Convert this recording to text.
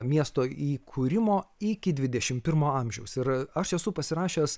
miesto įkūrimo iki dvidešimt pirmo amžiaus ir aš esu pasirašęs